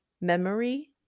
memory